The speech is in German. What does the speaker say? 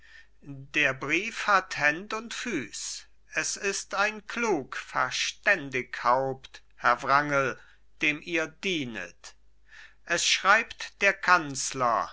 der brief hat händ und füß es ist ein klug verständig haupt herr wrangel dem ihr dienet es schreibt der kanzler